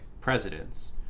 presidents